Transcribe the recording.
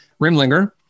Rimlinger